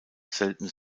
selten